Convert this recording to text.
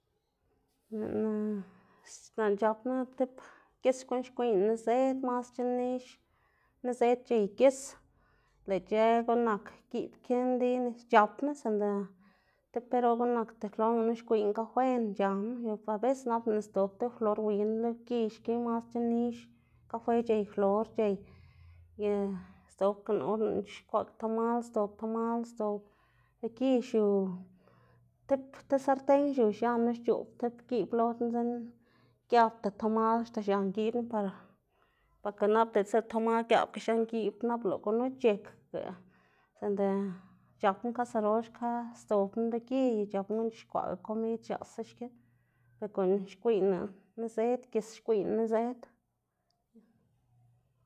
lëꞌná c̲h̲ap tib gis guꞌn xgwiyꞌná nizëd, masc̲h̲a nix nizëd c̲h̲ey gis, lëꞌ ic̲h̲ë guꞌn nak giꞌb ki nli c̲h̲apnu, sinda tib perol guꞌn nak teflón gunu xgwiꞌyná kafena c̲h̲aná, abecés nap lëꞌná sdzob ti flor win lo gi xki masc̲h̲a nix kafe c̲h̲ey flor c̲h̲ey ye sdzobganá or lëꞌná c̲h̲ixkwaꞌka tamal sdzob tamal sdzob lo gi, xiu tib ti sarten xiu x̱an knu xc̲h̲oꞌb tib giꞌb lo, giabda tamal axta c̲h̲an giꞌb knu par porke nap diꞌltsa lëꞌ tamal giaꞌbga x̱an giꞌb knu nap lëꞌ gunu c̲h̲ekga, sinda c̲h̲apná kaserol xka sdzobná lo gi y c̲h̲apná guꞌn c̲h̲ixkwaꞌga komid x̱aꞌsa xki guꞌn xgwiꞌyná nizëd gis xgwiꞌyná nizëd.